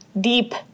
deep